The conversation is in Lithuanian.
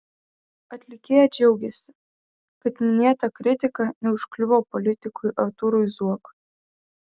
atlikėja džiaugiasi kad minėta kritika neužkliuvo politikui artūrui zuokui